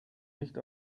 nicht